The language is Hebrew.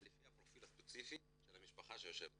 לפי הפרופיל הספציפי של המשפחה שיושבת מולו.